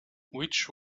which